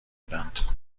بودند